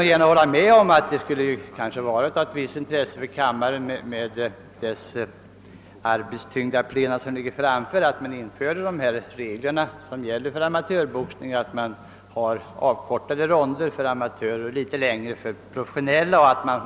Jag håller gärna med om att det med hänsyn till de arbetstyngda plena som ligger framför kammarens ledamöter kanske skulle vara av ett visst intresse om vi införde samma regler som gäller för amatörboxningen: avkortade ronder för amatörer och något längre för de professionella.